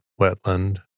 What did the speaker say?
wetland